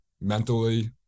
mentally